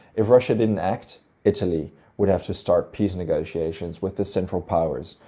if russia didn't act, italy would have to start peace negotiations with the central powers,